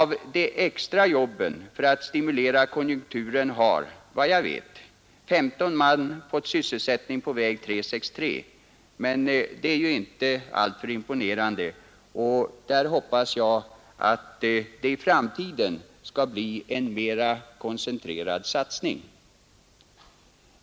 Vid extrajobb för att stimulera konjunkturen har, vad jag vet, 15 man fått sysselsättning på väg 363, men det är ju inte alltför imponerande. Jag hoppas att det i framtiden skall bli en mera koncentrerad satsning.